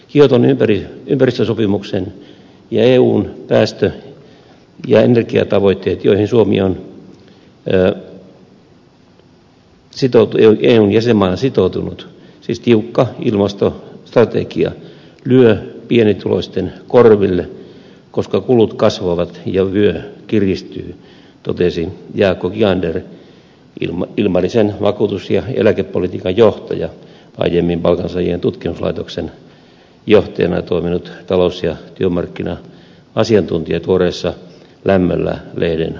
kioton ympäristösopimuksen ja eun päästö ja energiatavoitteet joihin suomi on eun jäsenmaana sitoutunut siis tiukka ilmastostrategia lyövät pienituloisten korville koska kulut kasvavat ja vyö kiristyy totesi jaakko kiander ilmarisen talous ja eläkepolitiikan johtaja aiemmin palkansaajien tutkimuslaitoksen johtajana toiminut talous ja työmarkkina asiantuntija tuoreessa lämmöllä lehden haastattelussa